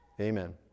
Amen